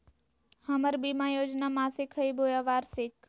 हमर बीमा योजना मासिक हई बोया वार्षिक?